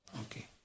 Okay